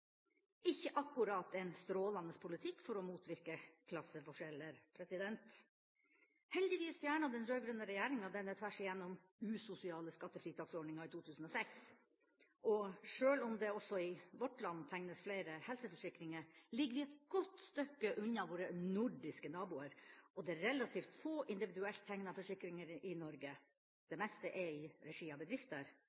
ikke akkurat en strålende politikk for å motvirke klasseforskjeller. Heldigvis fjernet den rød-grønne regjeringa denne tvers igjennom usosiale skattefritaksordninga i 2006. Og sjøl om det også i vårt land tegnes flere helseforsikringer, ligger vi et godt stykke unna våre nordiske naboer, og det er relativt få individuelt tegnede forsikringer i Norge.